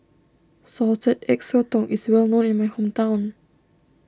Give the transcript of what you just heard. Salted Egg Sotong is well known in my hometown